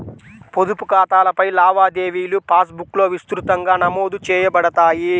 పొదుపు ఖాతాలపై లావాదేవీలుపాస్ బుక్లో విస్తృతంగా నమోదు చేయబడతాయి